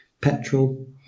petrol